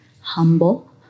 humble